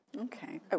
Okay